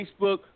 Facebook